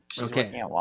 Okay